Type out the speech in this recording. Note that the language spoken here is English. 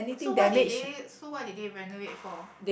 so why did they so why did they renovate for